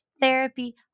therapy